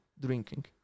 drinking